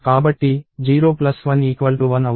కాబట్టి 011 అవుతుంది